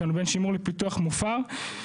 בין שימור לפיתוח מופר.